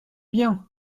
bien